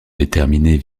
déterminée